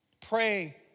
Pray